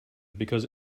because